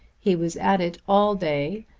he was at it all day,